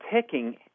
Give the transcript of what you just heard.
picking